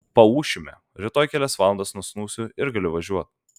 paūšime rytoj kelias valandas nusnūsiu ir galiu važiuoti